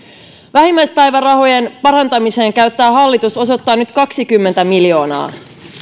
vähimmäispäivärahojen parantamiseen osoittaa hallitus nyt kaksikymmentä miljoonaa